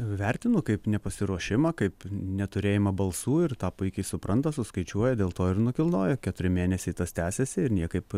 vertinu kaip nepasiruošimą kaip neturėjimą balsų ir tą puikiai supranta suskaičiuoja dėl to ir nukilnoja keturi mėnesiai tas tęsiasi ir niekaip